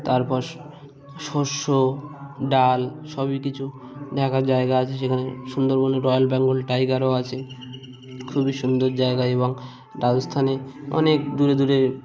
তারপর শস্য ডাল সবই কিছু দেখার জায়গা আছে সেখানে সুন্দরবনের রয়্যাল বেঙ্গল টাইগারও আছে খুবই সুন্দর জায়গা এবং রাজস্থানে অনেক দূরে দূরে